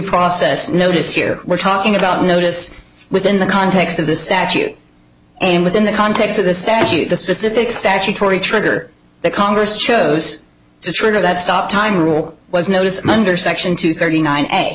process notice you were talking about notice within the context of the statute and within the context of the statute the specific statutory trigger the congress chose to trigger that stop time rule was notice munder section two thirty nine